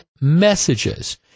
messages